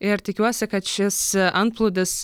ir tikiuosi kad šis antplūdis